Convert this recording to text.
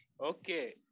Okay